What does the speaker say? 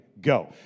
Go